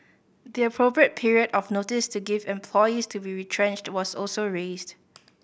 the appropriate period of notice to give employees to be retrenched was also raised